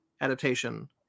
adaptation